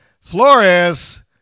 Flores